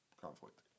conflict